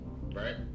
Right